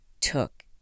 took